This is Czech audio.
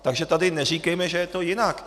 Takže tady neříkejme, že je to jinak.